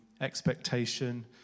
expectation